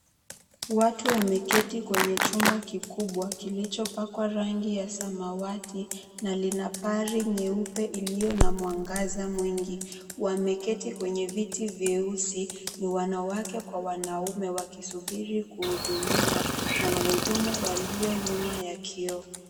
Watu wameketi kwenye chumba kikubwa kilichopakwa rangi ya samawati na lina pari nyeupe iliyo na mwangaza mwingi. Wameketi kwenye viti vyeusi ni wanawake kwa wanaume wakisubiri kuhudumiwa na wahudumu walio nyuma ya kioo.